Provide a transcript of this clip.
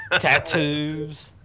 Tattoos